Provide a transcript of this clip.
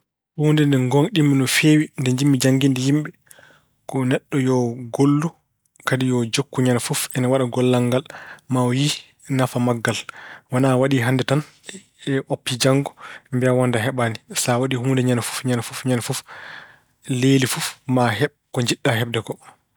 Huunde nde ngoongɗinmi no feewi nde njiɗmi jannginde yimɓe ko neɗɗo yoo gollu kadi yo jokku ñande fof ina waɗa gollal ngal maw yiyi nafa maggal. Wonaa a waɗi hannde tan, oppi janngo mbiya wonnde a heɓaani. Sa waɗi huunde ñande fof ñañde fof ñande fof, lelii fof maa heɓ ko njiɗa heɓde ko.